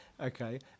okay